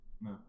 No